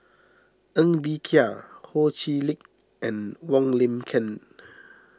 Ng Bee Kia Ho Chee Lick and Wong Lin Ken